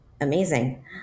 Amazing